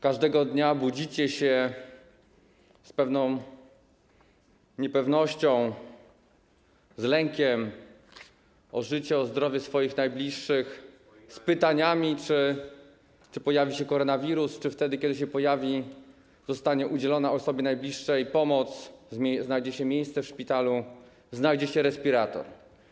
Każdego dnia budzicie się z pewną niepewnością, z lękiem o życie, o zdrowie swoich najbliższych, z pytaniami, czy pojawi się koronawirus, czy wtedy, kiedy się pojawi, zostanie udzielona osobie najbliższej pomoc, znajdzie się miejsce w szpitalu, znajdzie się respirator.